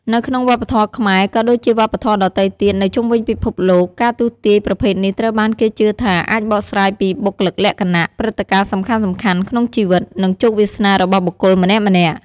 នៅក្នុងវប្បធម៌ខ្មែរ ក៏ដូចជាវប្បធម៌ដទៃទៀតនៅជុំវិញពិភពលោក ការទស្សន៍ទាយប្រភេទនេះត្រូវបានគេជឿថាអាចបកស្រាយពីបុគ្គលិកលក្ខណៈ ព្រឹត្តិការណ៍សំខាន់ៗក្នុងជីវិត និងជោគវាសនារបស់បុគ្គលម្នាក់ៗ។